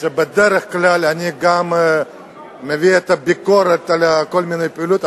בדרך כלל אני מביא ביקורת על כל מיני פעולות,